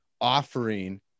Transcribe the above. offering